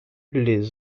les